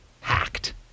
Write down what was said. hacked